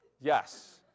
Yes